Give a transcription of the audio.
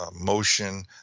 motion